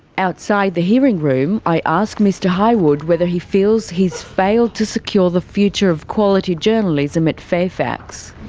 outside the hearing room, i ask mr hywood whether he feels he's failed to secure the future of quality journalism at fairfax.